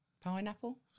Pineapple